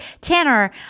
Tanner